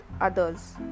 others